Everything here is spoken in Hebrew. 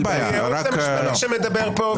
הייעוץ המשפטי מדבר פה,